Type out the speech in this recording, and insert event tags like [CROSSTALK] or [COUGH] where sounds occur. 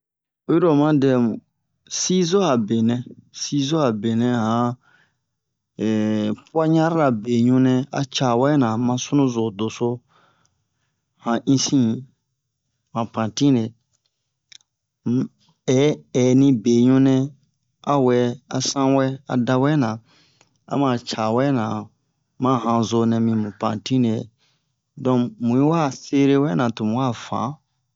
oyi ro oma dɛ mu sozo a be nɛ sizo a be nɛ [HESITATION] puaɲar ra beɲu nɛ a ca wɛ na ma sunu zo doso han isi han pantine um ɛ ɛni beɲu nɛ a wɛ a san wɛ a da wɛ na a ma ca wɛ na ma hanzo nɛ mi mu pantine don mu'i wa sere wɛ na tomu wa fan